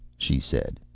she said,